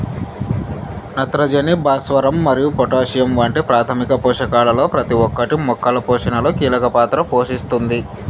నత్రజని, భాస్వరం మరియు పొటాషియం వంటి ప్రాథమిక పోషకాలలో ప్రతి ఒక్కటి మొక్కల పోషణలో కీలక పాత్ర పోషిస్తుంది